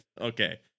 okay